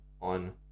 on